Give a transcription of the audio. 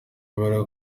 mbere